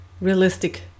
realistic